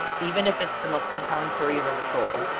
even if it's the most compelling story you ever told,